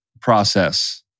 process